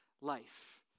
life